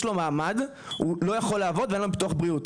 לו מעמד הוא לא יכול לעבוד ואין לו ביטוח בריאות,